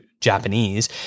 japanese